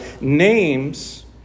names